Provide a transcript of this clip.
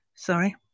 Sorry